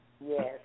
Yes